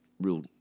real